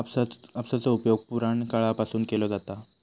कापसाचो उपयोग पुराणकाळापासून केलो जाता हा